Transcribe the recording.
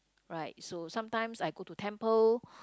right so sometimes I go to temple